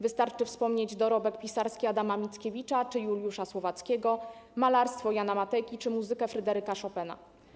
Wystarczy wspomnieć dorobek pisarski Adama Mickiewicza czy Juliusza Słowackiego, malarstwo Jana Matejki czy muzykę Fryderyka Szopena.